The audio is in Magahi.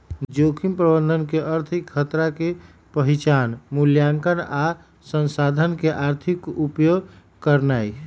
जोखिम प्रबंधन के अर्थ हई खतरा के पहिचान, मुलायंकन आ संसाधन के आर्थिक उपयोग करनाइ